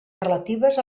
relatives